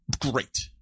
Great